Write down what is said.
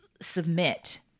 submit